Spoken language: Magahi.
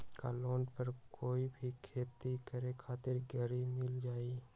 का लोन पर कोई भी खेती करें खातिर गरी मिल जाइ?